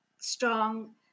strong